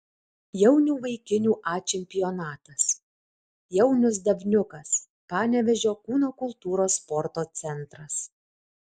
jaunių vaikinų a čempionatas jaunius davniukas panevėžio kūno kultūros sporto centras